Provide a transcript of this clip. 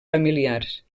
familiars